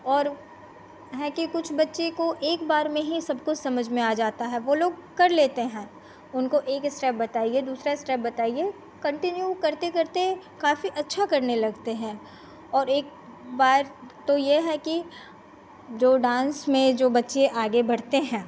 और है कि कुछ बच्चे को एक बार में ही सबकुछ समझ में आ जाता है वह लोग कर लेते हैं उनको एक इस्टेप बताइए दूसरा इस्टेप बताइए कन्टिन्यू वह करते करते काफ़ी अच्छा करने लगते हैं और एक बार तो यह है कि जो डान्स में जो बच्चे आगे बढ़ते हैं